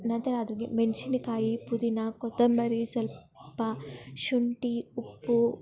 ನಂತರ ಅದ್ರಿಗೆ ಮೆಣಸಿನಕಾಯಿ ಪುದೀನಾ ಕೊತ್ತಂಬರಿ ಸ್ವಲ್ಪ ಶುಂಠಿ ಉಪ್ಪು